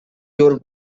your